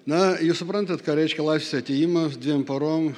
na jūs suprantat ką reiškia laisvės atėjimas dviem parom